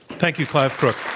thank you, clive crooks.